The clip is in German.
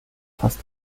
fast